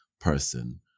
person